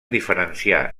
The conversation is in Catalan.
diferenciar